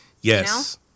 yes